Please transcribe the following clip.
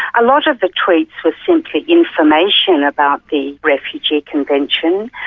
a lot of the tweets were simply information about the refugee convention.